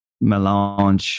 melange